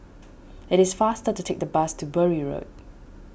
it is faster to take the bus to Bury Road